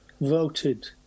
voted